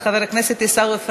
חבר הכנסת עיסאווי פריג'.